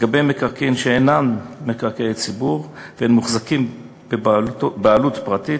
לגבי מקרקעין שאינם מקרקעי ציבור והם מוחזקים בבעלות פרטית,